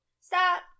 stop